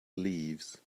leaves